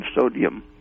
sodium